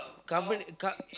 Company com~